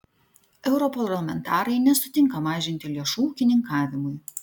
europarlamentarai nesutinka mažinti lėšų ūkininkavimui